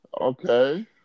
Okay